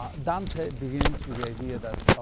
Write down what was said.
um dante begins with the idea that